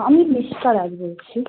আমি ঈষিকা রায় বলছি